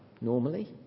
normally